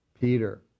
Peter